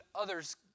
others